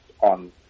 on